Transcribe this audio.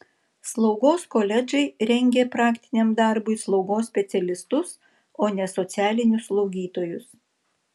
slaugos koledžai rengia praktiniam darbui slaugos specialistus o ne socialinius slaugytojus